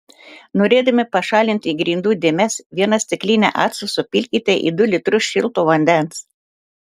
norėdami pašalinti grindų dėmes vieną stiklinę acto supilkite į du litrus šilto vandens